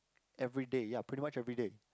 everyday ya pretty much everyday